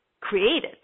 created